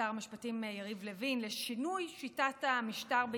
שר המשפטים יריב לוין לשינוי שיטת המשטר בישראל,